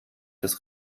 das